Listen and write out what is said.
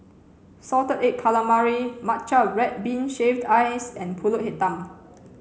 salted egg calamari matcha red bean shaved ice and pulut hitam